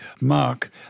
Mark